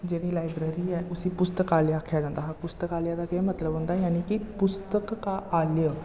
जेह्ड़ी लाइब्रेरी ऐ उस्सी पुस्तकालय आखेआ जंदा हा पुस्तकालय दा केह् मतलब होंदा जानि कि पुस्तक का आलय